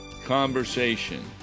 conversation